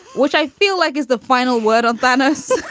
which i feel like is the final word on thanos